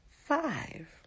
five